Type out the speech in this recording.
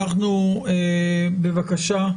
בבקשה.